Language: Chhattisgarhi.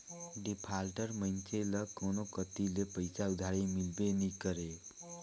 डिफाल्टर मइनसे ल कोनो कती ले पइसा उधारी मिलबे नी करे